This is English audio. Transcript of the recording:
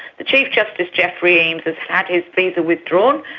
the chief justice geoffrey eames has had his visa withdrawn,